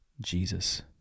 jesus